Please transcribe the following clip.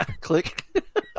click